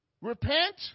Repent